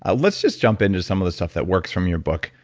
ah let's just jump into some of the stuff that works from your book.